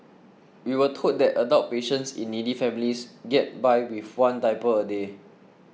we were told that adult patients in needy families get by with one diaper a day